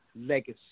legacy